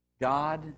God